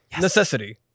necessity